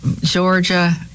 Georgia